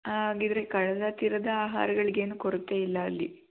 ಹಾಗಿದ್ರೇ ಕಡಲ ತೀರದ ಆಹಾರಗಳಿಗೇನು ಕೊರತೆ ಇಲ್ಲ ಅಲ್ಲಿ